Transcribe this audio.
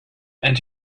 and